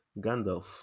Gandalf